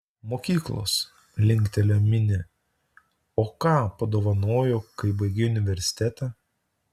mokyklos linktelėjo minė o ką padovanojo kai baigei universitetą